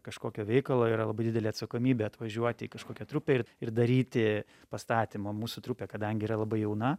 kažkokio veikalo yra labai didelė atsakomybė atvažiuoti į kažkokią trupę ir ir daryti pastatymą mūsų trupė kadangi yra labai jauna